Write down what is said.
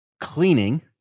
cleaning